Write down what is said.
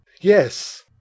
Yes